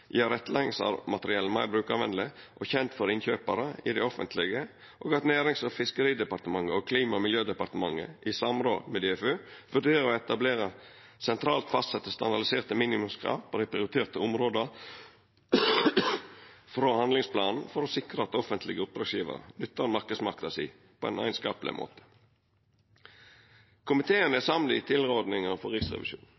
offentlege, og at Nærings- og fiskeridepartementet og Klima- og miljødepartementet, i samråd med DFØ, vurderer å etablera sentralt fastsette standardiserte minimumskrav på dei prioriterte områda frå handlingsplanen for å sikra at offentlege oppdragsgjevarar nyttar marknadsmakta si på ein einskapleg måte. Komiteen er